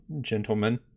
gentlemen